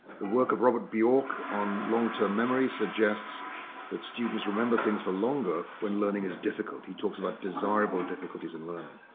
the work of robert bjork on long-term memory suggests that students remember things for longer when learning is difficult. he talks about desirable difficulties in learning.